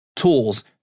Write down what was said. tools